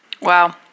Wow